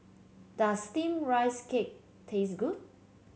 does steamed Rice Cake taste good